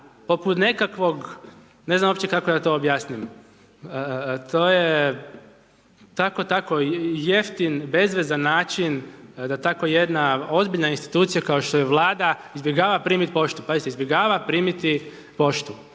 poput nekakvog, ne znam uopće kako to da objasnim, to je tako, tako jeftin bezvezan način da tako jedna ozbiljna institucija kao što je Vlada izbjegava primiti poštu, pazite izbjegava primiti poštu.